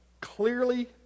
clearly